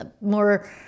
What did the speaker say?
more